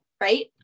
right